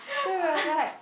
then we are like